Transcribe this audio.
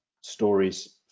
stories